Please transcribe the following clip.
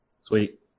Sweet